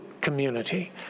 community